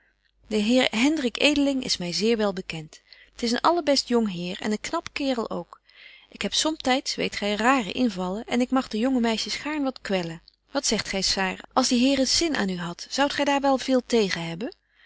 de heer hendrik edeling is my zeer wel bekent t is een allerbest jong heer en een knap kaerel ook ik heb somtyds weet gy rare invallen en ik mag de jonge meisjes gaarn wat kwellen wat zegt gy saar als die heer eens zin aan u hadt zoudt gy daar wel veel tegen hebben